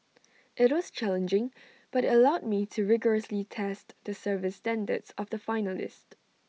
IT was challenging but allowed me to rigorously test the service standards of the finalist